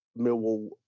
Millwall